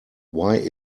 why